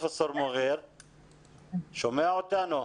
מוריר ח'מאייסי,